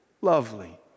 lovely